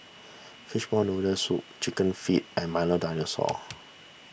Fishball Noodle Soup Chicken Feet and Milo Dinosaur